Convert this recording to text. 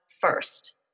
first